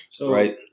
right